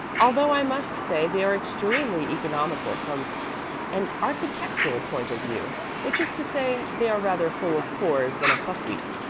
although i must say they are extremely economical from an architectural point of view which is to say, they are rather fuller of pores than of buckwheat.